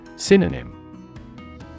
Synonym